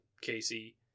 Casey